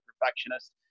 perfectionist